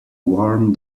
warm